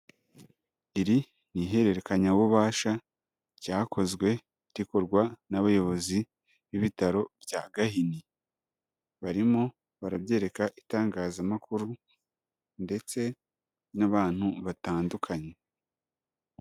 Iri ni ihererekanyabubasha ryakozwe rikorwa n'abayobozi b'ibitaro bya Gahini, barimo barabyereka itangazamakuru ndetse n'abantu batandukanye.